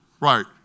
Right